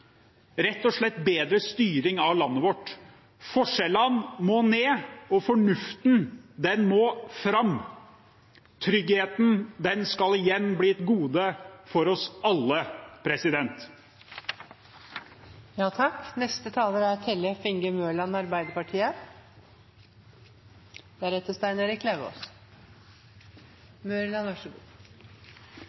rett og slett bedre styring av landet vårt. Forskjellene må ned, og fornuften må fram. Tryggheten skal igjen bli et gode for oss alle. De som trenger politikken mest, er veldig ofte de som har minst. Et av de feltene vi i så